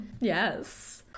Yes